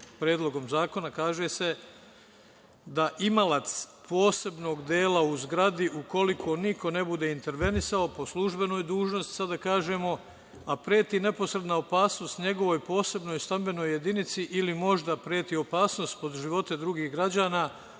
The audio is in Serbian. sa članom 12. kada je rečeno da imalac posebnog dela u zgradi ukoliko niko ne bude intervenisao po službenoj dužnosti sad da kažemo, a preti neposredna opasnost njegovoj posebnoj stambenoj jedinici ili možda preti opasnost po živote drugih građana,